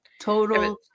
Total